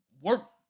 work